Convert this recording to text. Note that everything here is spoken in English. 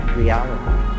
reality